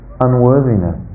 unworthiness